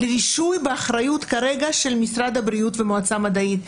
אבל רישוי באחריות כרגע של משרד הבריאות והמועצה המדעית.